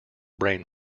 brain